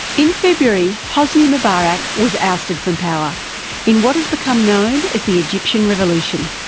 in february, hosni mubarak was ousted from power in what has become known as the egyptian revolution.